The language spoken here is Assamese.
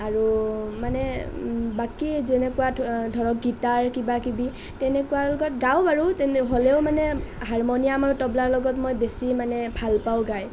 আৰু মানে বাকী যেনেকুৱা ধৰক গীতাৰ কিবা কিবি তেনেকুৱাৰ লগত গাওঁ বাৰু তেনে হ'লেও মানে হাৰমনিয়াম আৰু তবলাৰ লগত মই বেছি মানে ভাল পাওঁ গায়